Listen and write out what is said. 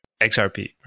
XRP